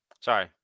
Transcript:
Sorry